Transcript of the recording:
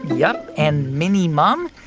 yep. and mini mum,